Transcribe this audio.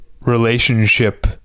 relationship